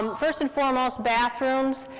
um first and foremost, bathrooms,